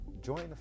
Join